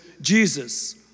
Jesus